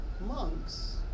monks